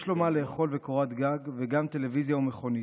יש לו מה לאכול וקורת גג וגם טלוויזיה ומכונית,